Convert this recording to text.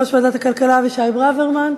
יושב-ראש ועדת הכלכלה אבישי ברוורמן.